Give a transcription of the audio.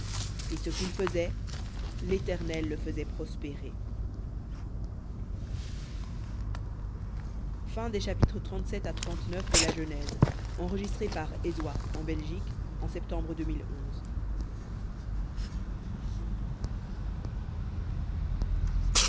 et ce qu'il faisait l'éternel le faisait prospérer